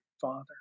Father